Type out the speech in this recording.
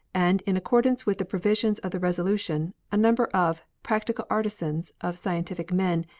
and in accordance with the provisions of the resolution, a number of practical artisans, of scientific men,